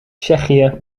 tsjechië